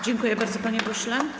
Dziękuję bardzo, panie pośle.